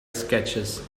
sketches